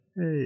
Hey